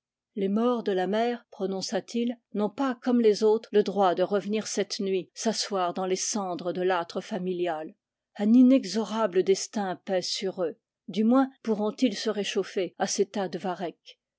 les morts de la mer prononça-t-il n'ont pas comme les autres le droit de revenir cette nuit s'asseoir dans les cendres de l'âtre familial un inexorable destin pèse sur eux du moins pourront-ils se réchauffer à ces tas de varechs